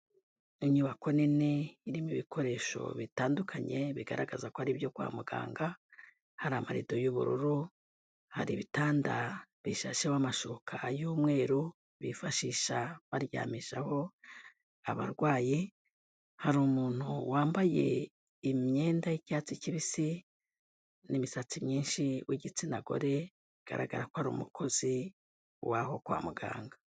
Inyubako nini irimo ibikoresho bitandukanye bigaragaza ko ari ibyo kwa muganga, hari amarido y'ubururu, hari ibitanda bishashemo amashuka y'umweru bifashisha baryamishaho abarwayi, hari umuntu wambaye imyenda y'icyatsi kibisi n'imisatsi myinshi w'igitsina gore bigaragara ko ari umukozi waho kwa muganga.